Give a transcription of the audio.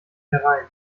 herein